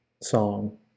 song